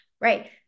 right